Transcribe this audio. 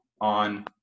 on